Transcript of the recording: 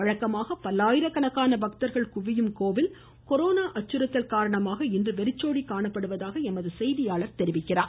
வழக்கமாக பல்லாயிரக்கணக்கான பக்தர்கள் குவியும் கோவில் கொரோனா அச்சுறுத்தல் காரணமாக இன்று வெறிச்சோடி காணப்பட்டதாக எமது செய்தியாளர் தெரிவிக்கிறார்